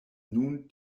nun